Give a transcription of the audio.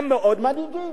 הם מאוד מדאיגים.